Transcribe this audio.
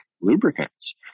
Lubricants